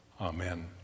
amen